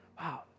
wow